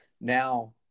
now